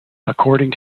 according